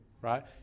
right